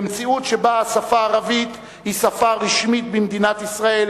במציאות שבה השפה הערבית היא שפה רשמית במדינת ישראל